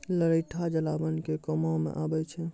लरैठो जलावन के कामो मे आबै छै